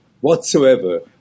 whatsoever